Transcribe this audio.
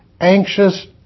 anxious